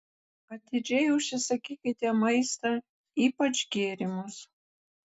atidžiai užsisakykite maistą ypač gėrimus